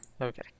okay